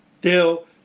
deal